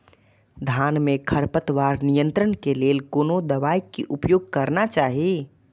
धान में खरपतवार नियंत्रण के लेल कोनो दवाई के उपयोग करना चाही?